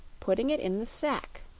putting it in the sack,